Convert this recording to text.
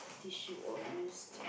tissue all used